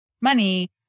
money